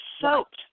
soaked